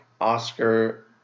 Oscar